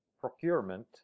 procurement